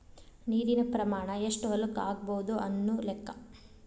ನೇರಿನ ಪ್ರಮಾಣಾ ಎಷ್ಟ ಹೊಲಕ್ಕ ಆಗಬಹುದು ಅನ್ನು ಲೆಕ್ಕಾ